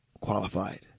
qualified